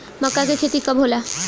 मक्का के खेती कब होला?